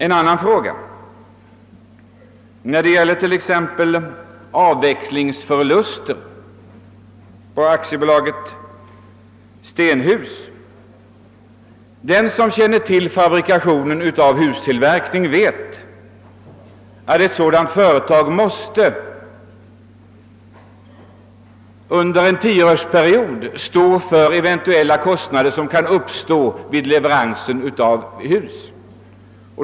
En annan fråga gäller avvecklingsförlusten beträffande AB Svenska Stenhus. Den som känner till husfabrikation vet att ett sådant företag under en tioårsperiod måste stå för eventuella kostnader som kan uppstå vid leverans av hus.